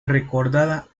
recordada